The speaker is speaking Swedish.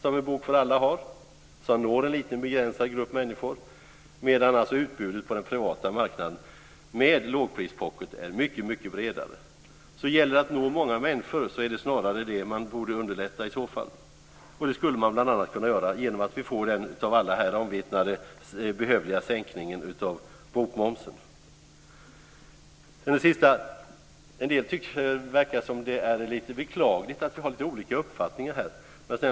Den når en liten begränsad grupp människor, medan utbudet på den privata marknaden med lågprispocket är mycket bredare. Om det gäller att nå många människor är det snarare det man borde underlätta. Det skulle man bl.a. kunna göra genom att vi får den av alla här omvittnade behövliga sänkningen av bokmomsen. Det verkar som om en del tycker att det är lite beklagligt att vi har lite olika uppfattningar här.